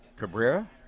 Cabrera